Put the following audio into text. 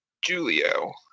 Julio